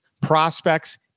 prospects